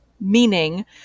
meaning